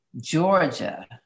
Georgia